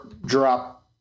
drop